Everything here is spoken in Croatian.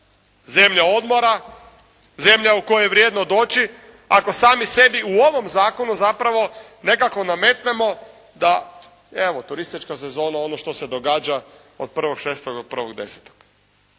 zemlja odmora, zemlja u koju je vrijedno doći ako sami sebi u ovom zakonu zapravo nekako nametnemo da evo turistička sezona ono što se događa od 1.6. do 1.10. Prema tome,